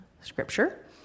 scripture